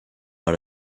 out